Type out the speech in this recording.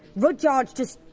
rudyard's just,